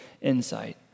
insight